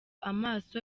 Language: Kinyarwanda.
amaso